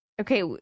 Okay